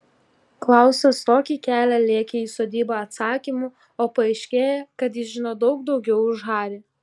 klausas tokį kelią lėkė į sodybą atsakymų o paaiškėja kad jis žino daug daugiau už harį